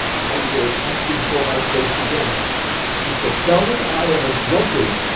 i will ask him for my place again he shall tell me i am a drunkard!